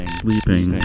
sleeping